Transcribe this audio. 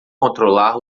controlar